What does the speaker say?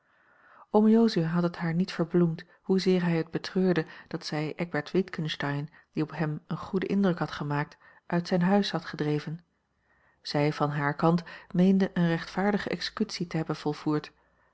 oom jozua had het haar niet verbloemd hoezeer hij het betreurde dat zij eckbert witgensteyn die op hem een goeden indruk had gemaakt uit zijn huis had gedreven zij van haar kant meende eene rechtvaardige executie te hebben